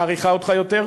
מעריכה אותך יותר,